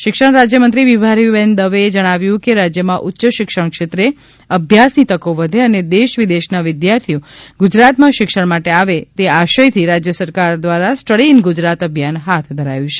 શિક્ષણ રાજય મંત્રી વિભાવરીબેન દવેએ જણાવ્યુ છે કે રાજ્યમાં ઉચ્ય શિક્ષણ ક્ષેત્રે અભ્યાસની તકો વધે અને દેશ વિદેશના વિદ્યાર્થીઓ ગુજરાતમાં શિક્ષણ માટે આવે એ આશયથી રાજ્ય સરકાર દ્વારા સ્ટડી ઇન ગુજરાત અભિયાન હાથ ધરાયુ છે